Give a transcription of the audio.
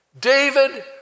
David